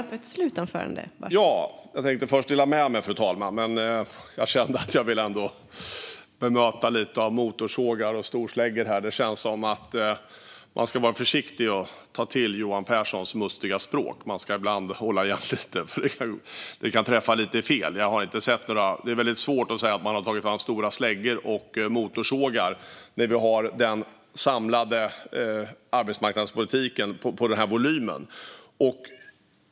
Fru talman! Jag känner att jag vill bemöta lite av detta med motorsågar och storsläggor. Det känns som att man ska vara försiktig med att ta till Johan Pehrsons mustiga språk. Man ska ibland hålla igen lite, för det kan träffa lite fel. Det är väldigt svårt att säga att man har tagit fram stora släggor och motorsågar när vi har en samlad arbetsmarknadspolitik av denna volym.